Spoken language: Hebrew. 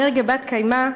אנרגיה בת-קיימא,